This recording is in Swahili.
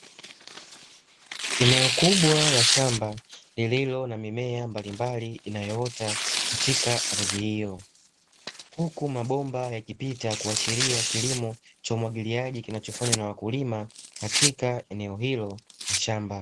Eneo kubwa la shamba lililo na mimea mbalimbali inayoota katika ardhi hiyo, huku mabomba yakipita kuashiria kilimo cha umwagiliaji kinachofanywa na wakulima katika eneo hilo la shamba.